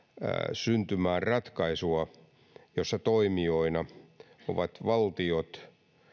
syntymään ratkaisua jossa toimijoina ovat valtiot